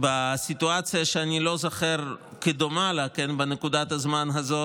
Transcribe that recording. בסיטואציה שאני לא זוכר דומה לה בנקודת הזמן הזאת,